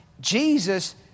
Jesus